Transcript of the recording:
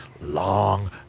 long